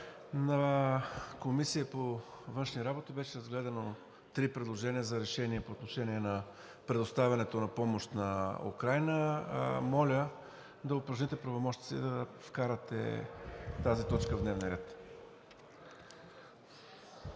на Комисията по външни работи бяха разгледани три предложения за решение по отношение на предоставянето на помощ на Украйна. Моля да упражните правомощията си и вкарате тази точка в дневния